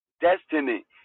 Destiny